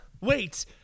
Wait